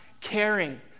caring